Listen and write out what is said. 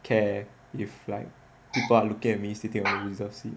care if like people are looking at me sitting on reserved seat